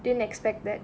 didn't expect that